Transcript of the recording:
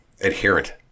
adherent